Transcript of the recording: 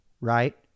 right